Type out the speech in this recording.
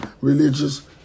religious